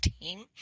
team